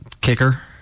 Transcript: Kicker